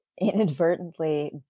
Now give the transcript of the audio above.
inadvertently